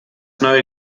neue